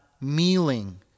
mealing